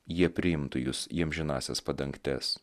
jie priimtų jus į amžinąsias padangtes